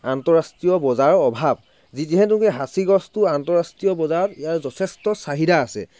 আন্তৰাষ্ট্ৰীয় বজাৰৰ অভাৱ যি যিহেতুকে সাঁচি গছটো আন্তৰাষ্ট্ৰীয় বজাৰত ইয়াৰ যথেষ্ট চাহিদা আছে